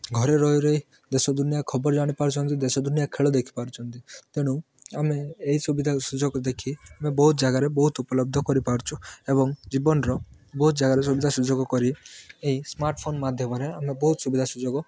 ଘରେ ରହିରହି ଦେଶ ଦୁନିଆ ଖବର ଜାଣିପାରୁଛନ୍ତି ଦେଶ ଦୁନିଆ ଖେଳ ଦେଖିପାରୁଛନ୍ତି ତେଣୁ ଆମେ ଏଇ ସୁବିଧାକୁ ସୁଯୋଗ ଦେଖି ଆମେ ବହୁତ ଜାଗାରେ ବହୁତ ଉପଲବ୍ଧ କରିପାରୁଛୁ ଏବଂ ଜୀବନର ବହୁତ ଜାଗାରେ ସୁବିଧା ସୁଯୋଗ କରି ଏଇ ସ୍ମାର୍ଟଫୋନ୍ ମାଧ୍ୟମରେ ଆମେ ବହୁତ ସୁବିଧା ସୁଯୋଗ